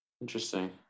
Interesting